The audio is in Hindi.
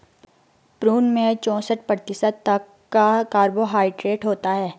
प्रून में चौसठ प्रतिशत तक कार्बोहायड्रेट होता है